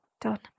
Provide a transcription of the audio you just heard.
done